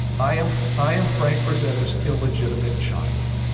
i am i am frank frazetta s' illegitimate child.